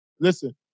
listen